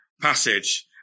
passage